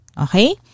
Okay